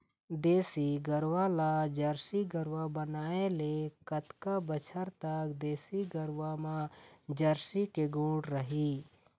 देसी गरवा ला जरसी गरवा बनाए ले कतका बछर तक देसी गरवा मा जरसी के गुण रही?